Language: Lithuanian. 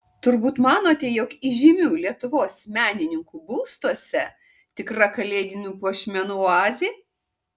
turbūt manote jog įžymių lietuvos menininkų būstuose tikra kalėdinių puošmenų oazė